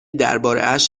دربارهاش